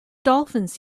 dolphins